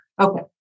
Okay